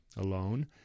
alone